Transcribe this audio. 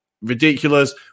ridiculous